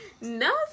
No